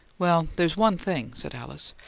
well, there's one thing, said alice.